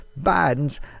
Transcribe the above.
Biden's